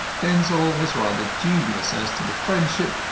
denzil was rather dubious as to the friendship,